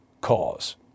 cause